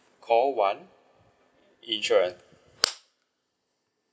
call one insurance